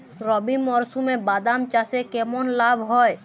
রবি মরশুমে বাদাম চাষে কেমন লাভ হয়?